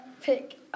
pick